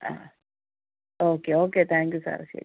ആ okay okay thank you സാറെ ശരി